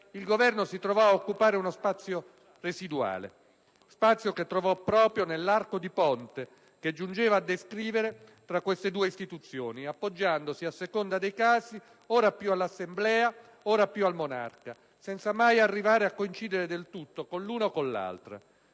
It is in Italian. il Governo si trovò ad occupare uno spazio residuale. Spazio che trovò proprio nell'arco di ponte che giungeva a descriversi tra queste due istituzioni, appoggiandosi, a seconda dei casi, ora più all'Assemblea, ora più al monarca, senza mai arrivare a coincidere del tutto con l'una o con l'altro.